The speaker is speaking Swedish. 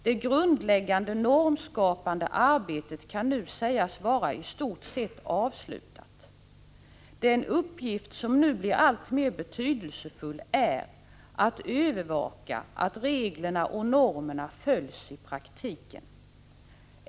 Det grundläggande normskapande arbetet kan nu sägas vara i stort sett avslutat. Den uppgift som nu blir alltmer betydelsefull är att övervaka att reglerna och normerna följs i praktiken.